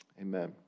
Amen